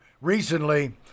recently